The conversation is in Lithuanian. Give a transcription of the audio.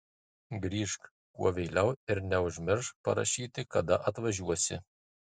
grįžk kuo vėliau ir neužmiršk parašyti kada atvažiuosi